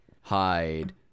hide